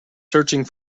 searching